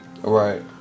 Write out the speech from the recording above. Right